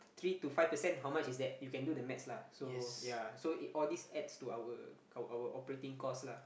three to five percent how much is that you can do the maths lah so ya so all these adds to our our operating costs lah